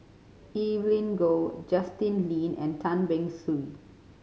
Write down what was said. Evelyn Goh Justin Lean and Tan Beng Swee